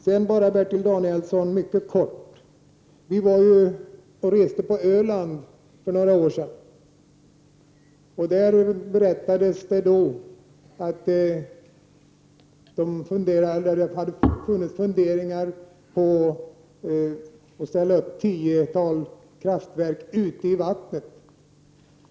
Slutligen mycket kort till Bertil Danielsson: Vi reste på Öland för några år sedan, och där berättades det att det hade funnits funderingar på att ställa upp ett tiotal kraftverk ute i vattnet.